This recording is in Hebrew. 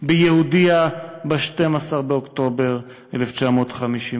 ביהודיה ב-12 באוקטובר 1953?